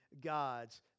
God's